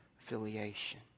affiliation